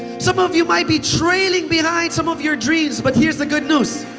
some of you might be trailing behind some of your dreams. but here's the good news,